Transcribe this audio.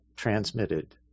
transmitted